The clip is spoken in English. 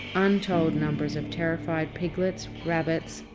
untold numbers of terrified piglets, rabbits,